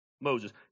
Moses